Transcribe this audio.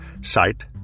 sight